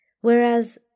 Whereas